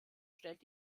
stellt